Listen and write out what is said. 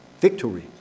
victory